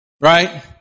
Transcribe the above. Right